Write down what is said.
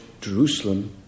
Jerusalem